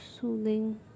soothing